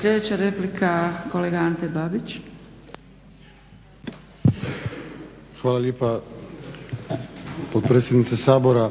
Sljedeća replika kolega Ante Babić. **Babić, Ante (HDZ)** Hvala lijepa potpredsjednice Sabora.